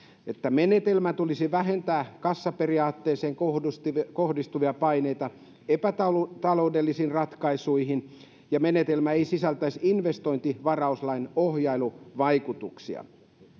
menetelmän tulisi vähentää kassaperiaatteeseen kohdistuvia kohdistuvia paineita epätaloudellisiin ratkaisuihin ja menetelmä ei sisältäisi investointivarauslain ohjailuvaikutuksia